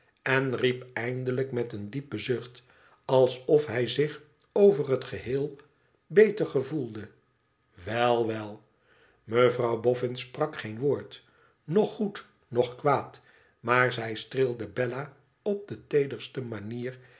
en riep eindelijk met een diepen zucht alsof hij zich over het geheel beter gevoelde wel wel mevrouw boffin sprak geen woord noch goed noch kwaad maar zij streelde bella op de teederste manier